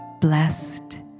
blessed